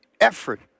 effort